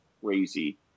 crazy